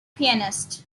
pianist